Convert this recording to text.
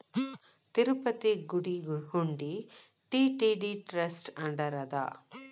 ತಿರುಪತಿ ಗುಡಿ ಹುಂಡಿ TTD trust under ಅದ